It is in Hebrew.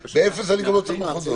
באפס אני גם לא צריך מחוזות.